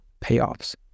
payoffs